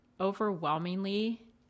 overwhelmingly